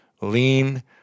lean